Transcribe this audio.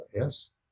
Yes